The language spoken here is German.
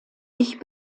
ich